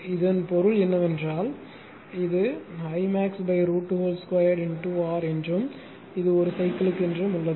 இதன் பொருள் என்னவென்றால் இது I max √ 2 2 பெருக்கல் R என்றும் ஒரு சைக்கிள் என்றும் உள்ளது